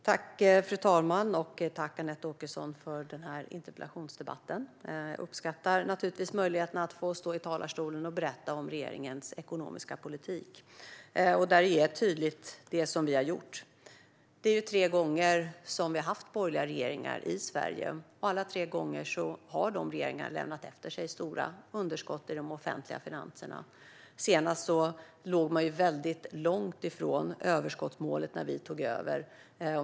Fru talman! Tack, Anette Åkesson, för interpellationsdebatten! Jag uppskattar naturligtvis möjligheten att få stå i talarstolen och berätta om regeringens ekonomiska politik där det är tydligt vad vi har gjort. Det är tre gånger som vi har haft borgerliga regeringar i Sverige. Alla tre gånger har de regeringarna lämnat efter sig stora underskott i de offentliga finanserna. Senast låg man väldigt långt ifrån överskottsmålet när vi tog över.